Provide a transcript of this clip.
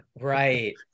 right